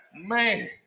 man